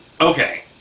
Okay